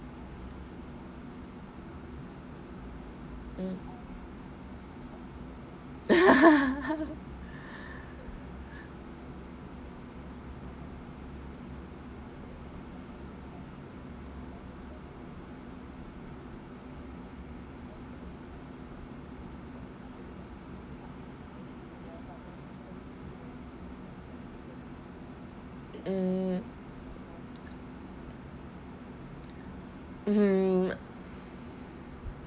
mm mm mm